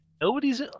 Nobody's